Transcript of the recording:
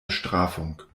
bestrafung